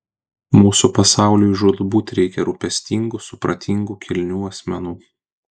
mūsų pasauliui žūtbūt reikia rūpestingų supratingų kilnių asmenų